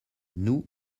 nous